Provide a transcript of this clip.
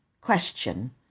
question